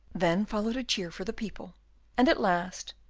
then followed a cheer for the people and, at last,